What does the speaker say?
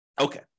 Okay